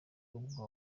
ubwo